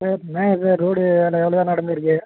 sir manager sir road வேலை எவ்வளோதான் நடந்திருக்கு